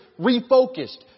refocused